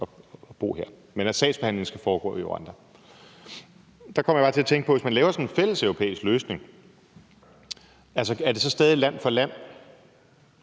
og bo her, men sagsbehandlingen skal foregå i Rwanda. Der kommer jeg bare til at tænke på: Hvis man laver sådan en fælleseuropæisk løsning, er det så stadig land for land?